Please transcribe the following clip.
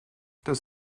das